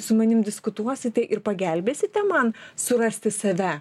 su manim diskutuosite ir pagelbėsite man surasti save